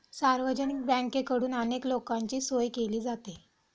सार्वजनिक बँकेकडून अनेक लोकांची सोय केली जाते